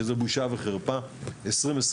שזה בושה וחרפה ב-2022.